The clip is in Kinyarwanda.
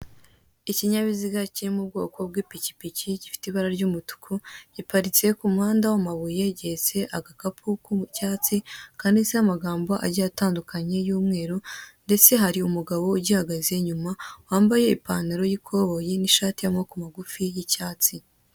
Ikinyabiziga kiri mu bwoko bw'ipikipiki, gifite ibara ry'umutuku, giparitse ku muhanda w'amabuye, gihetse agakapu k'icyatsi, kanditseho amagambo agiye atandukanye y'umweru, ndetse hari umugabo ugihagze inyuma wambaye ipantaro y'ikoboyi n'ishati y'amaboko magufi y'icyatsi.